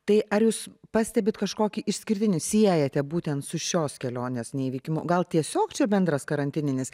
tai ar jūs pastebit kažkokį išskirtinį siejate būtent su šios kelionės neįvykimu gal tiesiog čia bendras karantininis